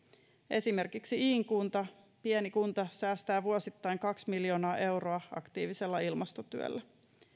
esimerkiksi iin kunta pieni kunta säästää vuosittain kaksi miljoonaa euroa aktiivisella ilmastotyöllä